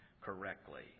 correctly